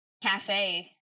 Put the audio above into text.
cafe